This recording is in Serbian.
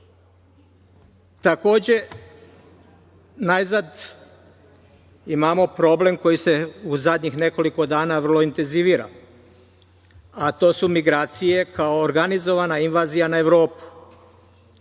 svašta. Takođe, najzad imamo problem koji se u zadnjih nekoliko dana vrlo intenzivira, a to su migracije kao organizovana invazija na Evropu: